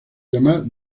llamar